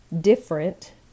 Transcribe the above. different